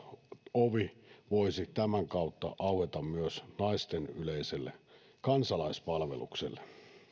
ovi voisi tämän kautta aueta myös naisten yleiselle kansalaispalvelukselle